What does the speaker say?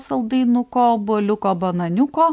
saldainuko obuoliuko bananiuko